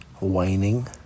waning